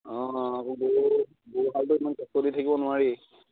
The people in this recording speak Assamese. অ আকৌ গৰু গৰুহালটোক ইমান কষ্ট দি থাকিব নোৱাৰি